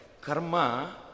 Karma